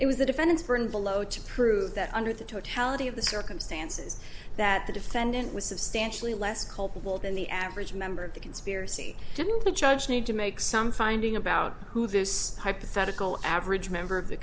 it was the defendants for and below to prove that under the totality of the circumstances that the defendant was substantially less culpable than the average member of the conspiracy didn't the judge need to make some finding about who this hypothetical average member of the